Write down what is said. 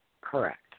Correct